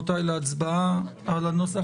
חבריי וחברותיי, אני ניגש להצבעה על הנוסח.